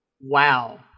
Wow